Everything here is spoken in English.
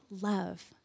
love